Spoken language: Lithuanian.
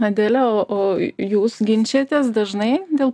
adele o o jūs ginčijatės dažnai dėl